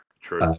True